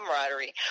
camaraderie